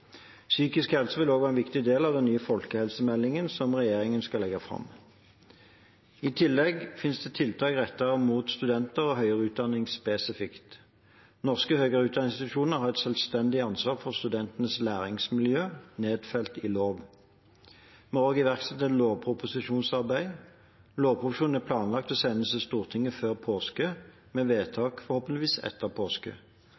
Psykisk helse vil også være en viktig del av den nye folkehelsemeldingen som regjeringen skal legge fram. I tillegg finnes det tiltak rettet mot studenter og høyere utdanning spesifikt. Norske høyere utdanningsinstitusjoner har et selvstendig ansvar for studentenes læringsmiljø nedfelt i lov. Vi har også iverksatt et lovproposisjonsarbeid. Lovproposisjonen er planlagt sendt Stortinget før påske, med